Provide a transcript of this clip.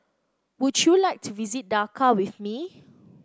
would you like to visit Dhaka with me